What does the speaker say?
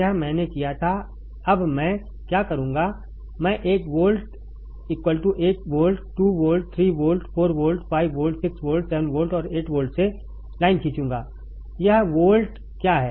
यह मैंने किया था अब मैं क्या करूँगा मैं एक volt 1vtt 2 volt 3 volt 4 volt 5 volt 6 volt 7 volt और 8 वोल्ट से लाइन खींचूंगा यह वोल्ट क्या है